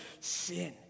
sin